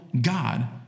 God